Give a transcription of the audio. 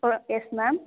ம் yes ma'am